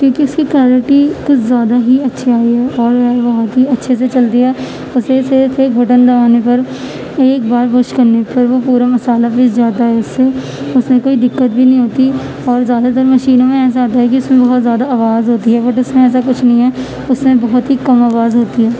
کیوںکہ اس کی کوالٹی کچھ زیادہ ہی اچھی آئی ہے اور وہ بہت ہی اچھے سے چلتی ہے اسے صرف ایک بٹن دبانے پر ایک بار پش کرنے پر وہ پورا مسالہ پس جاتا ہے اس سے اس میں کوئی دقت بھی نہیں ہوتی اور زیادہ تر مشینوں میں ایسا ہوتا ہے کہ اس میں بہت زیادہ آواز ہوتی ہے بٹ اس میں ایسا کچھ نہیں ہے اس میں بہت ہی کم آواز ہوتی ہے